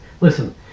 Listen